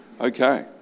Okay